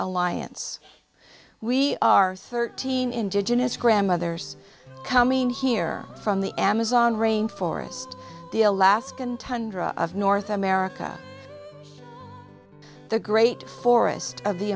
alliance we are thirteen indigenous grandmothers coming here from the amazon rain forest the alaskan tundra of north america the great forest of the